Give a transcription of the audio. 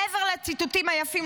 מעבר לציטוטים היפים,